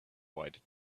wide